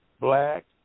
black